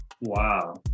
Wow